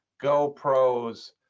GoPros